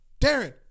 Darren